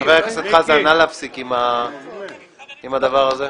חבר הכנסת חזן, נא להפסיק עם הדבר הזה.